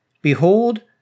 Behold